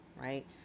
right